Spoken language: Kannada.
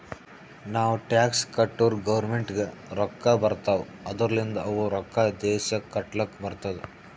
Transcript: ನಾವ್ ಟ್ಯಾಕ್ಸ್ ಕಟ್ಟುರ್ ಗೌರ್ಮೆಂಟ್ಗ್ ರೊಕ್ಕಾ ಬರ್ತಾವ್ ಅದೂರ್ಲಿಂದ್ ಅವು ರೊಕ್ಕಾ ದೇಶ ಕಟ್ಲಕ್ ಬರ್ತುದ್